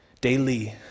daily